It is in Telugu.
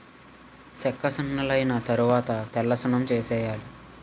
సెక్కసున్నలైన తరవాత తెల్లసున్నం వేసేయాలి